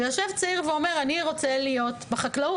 יושב צעיר ואומר שאני רוצה להיות בחקלאות